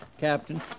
captain